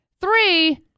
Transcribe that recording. three